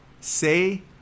say